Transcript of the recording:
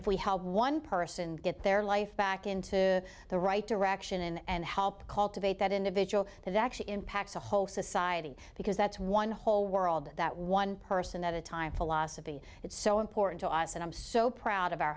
if we help one person get their life back into the right direction and help cultivate that individual that actually impacts a whole society because that's one whole world that one person at a time philosophy it's so important to us and i'm so proud of our